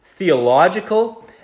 Theological